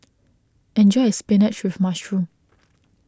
enjoy your Spinach with Mushroom